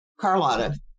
Carlotta